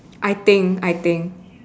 I think I think